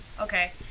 Okay